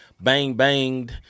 bang-banged